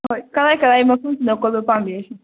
ꯍꯣꯏ ꯀꯔꯥꯏ ꯀꯔꯥꯏ ꯃꯐꯝꯅꯣ ꯀꯣꯏꯕ ꯄꯥꯝꯕꯤꯔꯤꯁꯤ